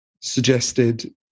suggested